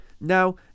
Now